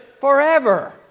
forever